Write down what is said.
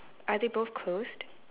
are they both closed